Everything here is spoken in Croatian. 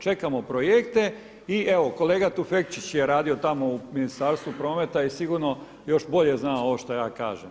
Čekamo projekte i evo kolega Tufekčić je radio tamo u Ministarstvu prometa i sigurno još bolje zna ovo šta ja kažem.